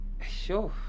sure